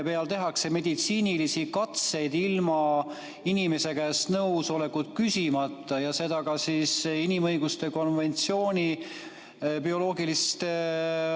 peal tehakse meditsiinilisi katseid ilma inimeste käest nõusolekut küsimata, ja seda ka inimõiguste konventsiooni bioloogiliste